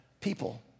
people